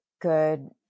good